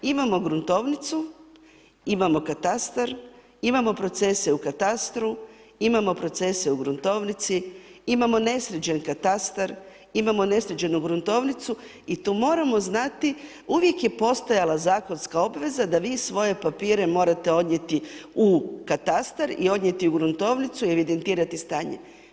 Imamo gruntovnicu, imamo katastar, imamo procese u katastru, imamo procese u gruntovnici, imamo nesređen katastar, imamo nesređenu gruntovnicu i tu moramo znati, uvijek je postojala zakonska obveza da vi svoje papire morate odnijeti u katastar i odnijeti u gruntovnicu, evidentirati stanje.